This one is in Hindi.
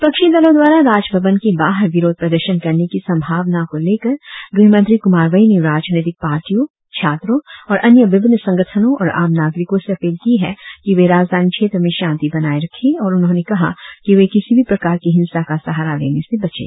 विपक्षी दलों द्वारा राजभवन के बाहर विरोध प्रदर्शन करने की संभावना को लेकर गृहमंत्री कुमार वाई ने राजनितिक पार्टियों छात्रों और अन्य विभिन्न संगठनो और आम नागरिकों से अपील की है कि वे राजधानी क्षेत्र में शांति बनाए रखे और उन्होंने कहा कि वे किसी भी प्रकार के हिंसा का सहारा लेने से बचे